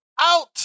Out